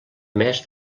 més